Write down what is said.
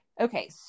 Okay